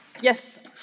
Yes